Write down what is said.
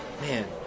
Man